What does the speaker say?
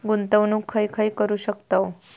गुंतवणूक खय खय करू शकतव?